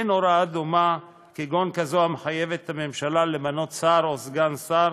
אין הוראה דומה כגון זו המחייבת את הממשלה למנות שר או סגן שר